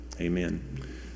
Amen